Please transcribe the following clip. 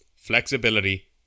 Flexibility